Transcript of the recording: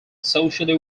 socially